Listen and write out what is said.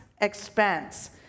expense